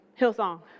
Hillsong